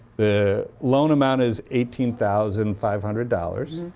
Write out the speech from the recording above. the loan amount is eighteen thousand five hundred dollars.